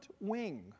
wing